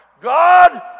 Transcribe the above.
God